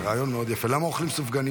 זה רעיון מאוד יפה, למה אוכלים סופגניות.